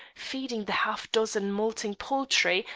feeding the half-dozen moulting poultry,